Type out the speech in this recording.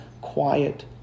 quiet